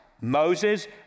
Moses